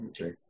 Okay